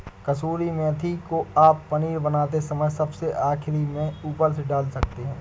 कसूरी मेथी को आप पनीर बनाते समय सबसे आखिरी में ऊपर से डाल सकते हैं